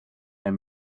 herr